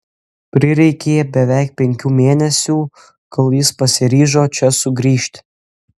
prireikė beveik penkių mėnesių kol jis pasiryžo čia sugrįžti